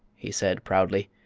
he said, proudly.